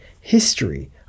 history